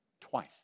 twice